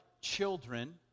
children